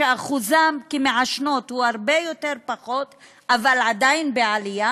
שאחוזן כמעשנות הוא הרבה פחות אבל עדיין בעלייה,